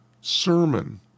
sermon